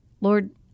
Lord